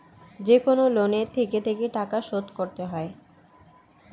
যেকনো লোনে থেকে থেকে টাকা শোধ করতে হয়